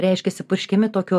reiškiasi purškiami tokiu